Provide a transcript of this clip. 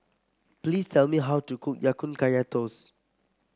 please tell me how to cook Ya Kun Kaya Toast